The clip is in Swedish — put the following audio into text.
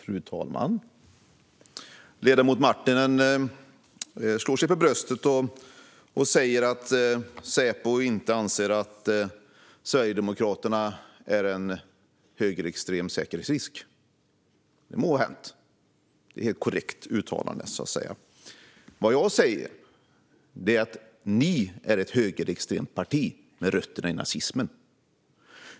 Fru talman! Ledamoten Marttinen slår sig för bröstet och säger att Säpo inte anser att Sverigedemokraterna är en högerextrem säkerhetsrisk. Det må vara hänt; det är ett korrekt uttalande. Vad jag säger är att ni är ett högerextremt parti med rötterna i nazismen.